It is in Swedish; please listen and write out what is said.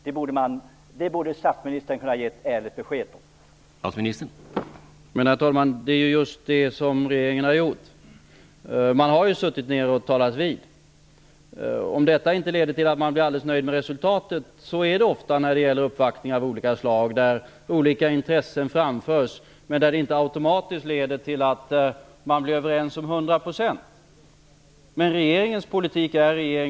Statsministern borde kunna ge ett ärligt besked om detta.